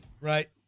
right